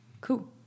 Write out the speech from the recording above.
Cool